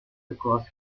across